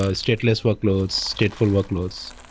ah stateless workloads, stateful workloads.